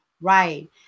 Right